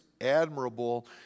admirable